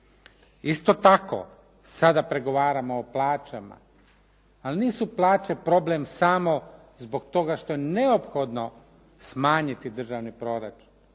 Isto tako, sada pregovaramo o plaćama. Ali nisu plaće problem samo zbog toga što je neophodno smanjiti državni proračun,